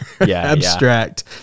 abstract